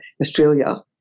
Australia